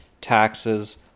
taxes